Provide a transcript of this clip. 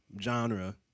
genre